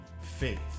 faith